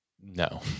No